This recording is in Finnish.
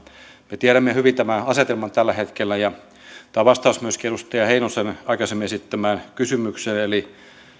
me tiedämme hyvin tämän asetelman tällä hetkellä tämä on vastaus myöskin edustaja heinosen aikaisemmin esittämään kysymykseen